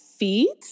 feet